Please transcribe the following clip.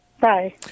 Bye